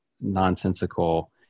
nonsensical